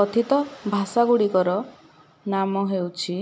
କଥିତ ଭାଷା ଗୁଡ଼ିକର ନାମ ହେଉଛି